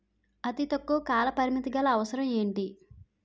అతి తక్కువ కాల పరిమితి గల అవసరం ఏంటి